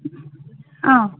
ಹಾಂ